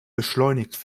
beschleunigt